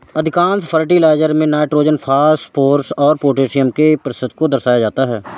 अधिकांश फर्टिलाइजर में nitrogen, phosphorus और पौटेशियम के प्रतिशत को दर्शाया जाता है